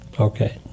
Okay